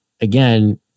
again